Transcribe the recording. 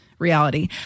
reality